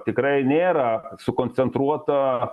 tikrai nėra sukoncentruota